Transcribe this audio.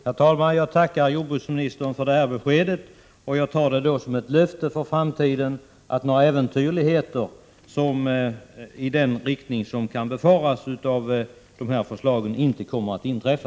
Herr talman! Jag tackar jordbruksministern för det här beskedet. Jag tar det som ett löfte för framtiden att några äventyrligheter i den riktning som kan befaras med tanke på det framlagda förslaget inte kommer att inträffa.